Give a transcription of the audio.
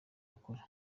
akora